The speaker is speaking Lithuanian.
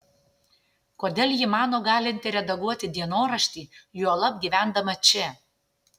kodėl ji mano galinti redaguoti dienoraštį juolab gyvendama čia